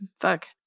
Fuck